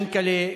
יענקל'ה,